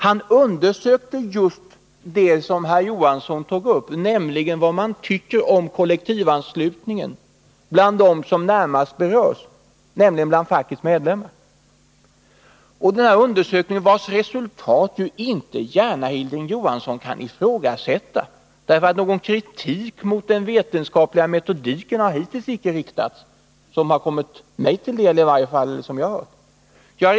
Han undersökte just det som herr Johansson tog upp, nämligen vad man tycker om kollektivanslutningen bland dem som närmast berörs, dvs. bland fackets medlemmar. Resultatet av den undersökningen kan Hilding Johansson inte gärna ifrågasätta, för någon kritik har hittills icke riktats mot den vetenskapliga metodiken — åtminstone har inte jag hört någon sådan.